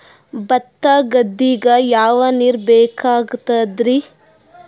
ಭತ್ತ ಗದ್ದಿಗ ಯಾವ ನೀರ್ ಬೇಕಾಗತದರೀ?